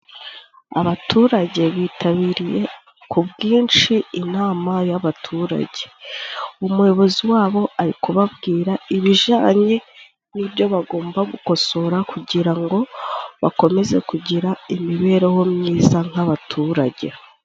Abaturage bitabiriye ku bwinshi inama y'abaturage. Umuyobozi wabo ari kubabwira ibijyanye n'ibyo bagomba gukosora kugira ngo bakomeze kugira imibereho myiza nk'abaturage.